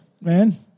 man